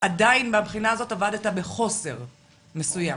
מבחינה הזאת עבדת בחוסר מסוים.